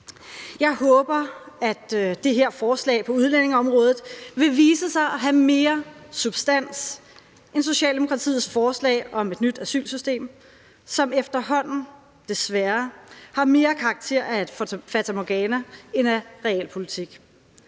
Jeg håber, at det her forslag på udlændingeområdet vil vise sig at have mere substans end Socialdemokratiets forslag om et nyt asylsystem, som efterhånden – desværre – mere har karakter af et fatamorgana end af realpolitik.